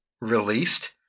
released